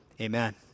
amen